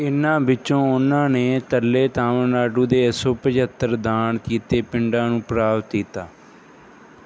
ਇਨ੍ਹਾਂ ਵਿੱਚੋਂ ਉਹਨਾਂ ਨੇ ਇਕੱਲੇ ਤਾਮਿਲਨਾਡੂ ਦੇ ਇੱਕ ਸੌ ਪੰਝੱਤਰ ਦਾਨ ਕੀਤੇ ਪਿੰਡਾਂ ਨੂੰ ਪ੍ਰਾਪਤ ਕੀਤਾ